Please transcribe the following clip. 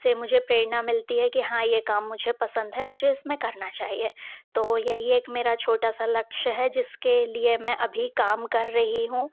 से मुझे प्रेरणा मिलती है कि हाँ ये काम मुझे पसंद है मुझे इसमें करना चाहिए तो यही एक मेरा छोटा सा लक्ष्य है जिसके लिए मैं अभी काम कर रही हूँ